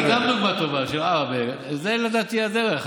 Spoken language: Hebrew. נתתי גם דוגמה טובה, של עראבה, זו לדעתי הדרך.